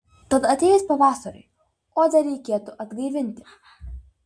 tad atėjus pavasariui odą reikėtų atgaivinti